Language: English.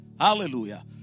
Hallelujah